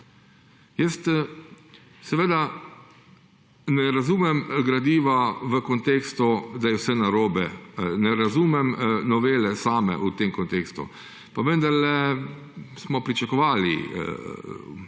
Jaz seveda ne razumem gradiva v kontekstu, da je vse narobe. Ne razumem novele same v tem kontekstu. Pa vendarle smo pričakovali nek